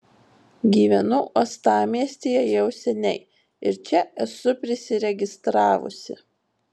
gyvenu uostamiestyje jau seniai ir čia esu prisiregistravusi